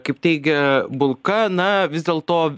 kaip teigia bulka na vis dėl to